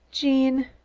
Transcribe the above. gene,